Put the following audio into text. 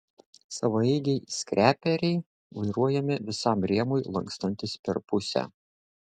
savaeigiai skreperiai vairuojami visam rėmui lankstantis per pusę